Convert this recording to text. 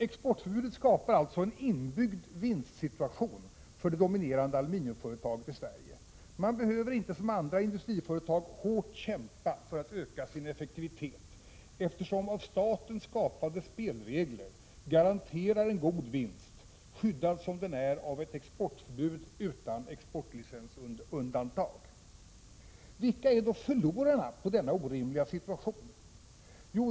Exportförbudet skapar alltså en ”inbyggd” vinstsituation för det dominerande aluminiumföretaget i Sverige — man behöver inte som andra industriföretag hårt kämpa för att öka sin effektivitet, eftersom av staten skapade spelregler garanterar en god vinst, skyddad som den är av ett exportförbud utan exportlicensundantag. Vilka är då förlorarna på denna orimliga situation?